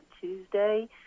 Tuesday